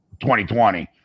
2020